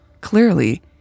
Clearly